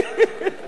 אל תאריך.